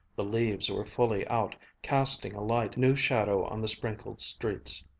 the leaves were fully out, casting a light, new shadow on the sprinkled streets.